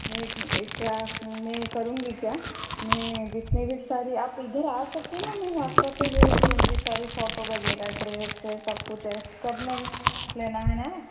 मैं ए एक मैं करूँगी क्या मैं जितने भी सारी आप इधर आ सकते है ना मैं व्हाट्सअप पर भेज दूँगी सारी फोटो वग़ैरह ड्रेस है सब कुछ है कर ने भी लेना है ना